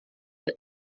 but